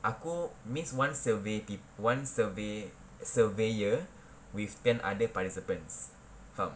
aku means one survey peop~ one survey surveyor with ten other participants faham